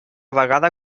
vegada